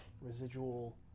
residual